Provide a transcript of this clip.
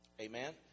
Amen